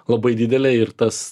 labai didelė ir tas